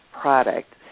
product